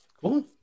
Cool